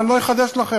אבל לא אחדש לכם,